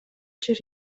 жер